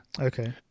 Okay